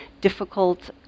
difficult